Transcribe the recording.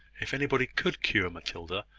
if anybody could cure matilda,